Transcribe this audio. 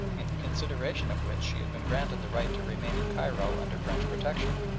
in consideration of which she had been granted the right to remain in cairo under french protection.